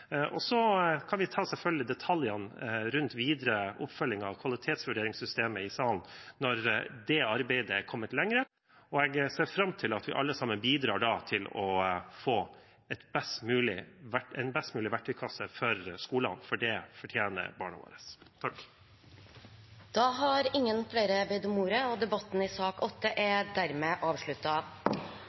Og så kan vi selvfølgelig ta detaljene rundt videre oppfølging av kvalitetsvurderingssystemet i salen når det arbeidet er kommet lenger. Jeg ser fram til at vi alle sammen bidrar til å få en best mulig verktøykasse for skolen, for det fortjener barna våre. Flere har ikke bedt om ordet til sak nr. 8. Før vi går til behandling av sak